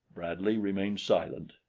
bradley remained silent.